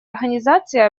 организации